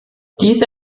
diese